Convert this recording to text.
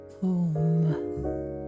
home